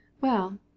Well